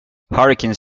hurricane